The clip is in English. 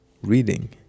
reading